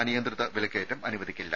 അനിയന്ത്രിത വിലക്കയറ്റം അനുവദിക്കില്ല